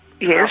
yes